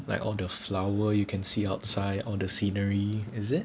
like all the flower you can see outside all the scenery is it